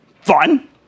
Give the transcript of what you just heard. fun